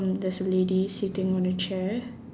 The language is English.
um there's a lady sitting on a chair